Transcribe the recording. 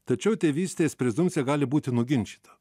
tačiau tėvystės prezumpcija gali būti nuginčyta